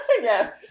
Yes